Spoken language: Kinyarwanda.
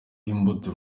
imbuto